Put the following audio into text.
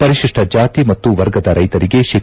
ಪರಿತಿಷ್ಟ ಜಾತಿ ಮತ್ತು ವರ್ಗದ ರೈತರಿಗೆ ಶೇ